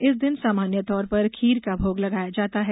इस दिन सामान्य तौर पर खीर का भोग लगाया जाता है